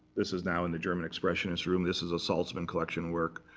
this is now in the german expressionist room. this is a saltzman collection work.